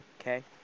okay